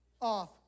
off